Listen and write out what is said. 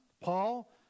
Paul